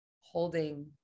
holding